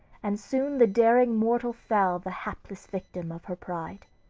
and soon the daring mortal fell the hapless victim of her pride.